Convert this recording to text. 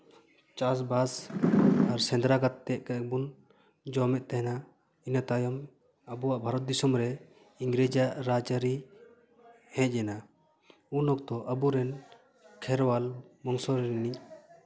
ᱪᱟᱥᱼᱵᱟᱥ ᱟᱨ ᱥᱮᱸᱫᱽᱨᱟ ᱠᱟᱛᱮᱫ ᱜᱮᱵᱚᱱ ᱡᱚᱢᱮᱫ ᱛᱟᱦᱮᱸᱱᱟ ᱤᱱᱟᱹ ᱛᱟᱭᱚᱢ ᱟᱵᱚᱣᱟᱜ ᱵᱷᱟᱨᱚᱛ ᱫᱤᱥᱳᱢ ᱨᱮ ᱤᱝᱨᱮᱡᱽ ᱟᱜ ᱨᱟᱡᱽᱟᱹᱨᱤ ᱦᱮᱡ ᱮᱱᱟ ᱩᱱ ᱚᱠᱛᱚ ᱟᱵᱚ ᱨᱮᱱ ᱠᱷᱮᱨᱣᱟᱞ ᱵᱚᱝᱥᱚ ᱨᱤᱱᱤᱡ